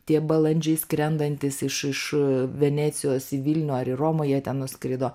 tie balandžiai skrendantys iš iš venecijos į vilnių ar į romą jie ten nuskrido